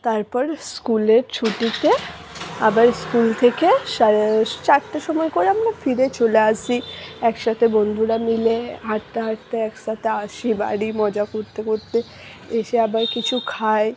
তারপর স্কুলের ছুটিতে আবার স্কুল থেকে সাড়ে চারটের সময় করে আমরা ফিরে চলে আসি একসাথে বন্ধুরা মিলে হাঁটতে হাঁটতে একসাথে আসি বাড়ি মজা করতে করতে এসে আবার কিছু খাই